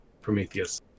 Prometheus